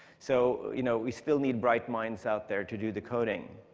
so you know we still need bright minds out there to do the coding.